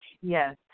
Yes